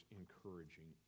encouraging